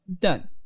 done